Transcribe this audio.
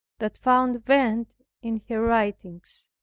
that found vent in her writings.